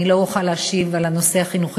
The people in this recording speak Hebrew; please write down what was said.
אני לא אוכל להשיב על הנושא החינוכי,